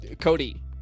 Cody